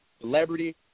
celebrity